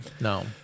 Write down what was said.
No